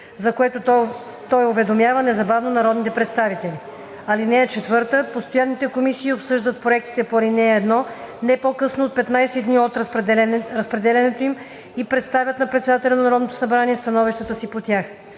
за което той уведомява незабавно народните представители. (4) Постоянните комисии обсъждат проектите по ал. 1 не по-късно от 15 дни от разпределянето им и представят на председателя на Народното събрание становищата си по тях.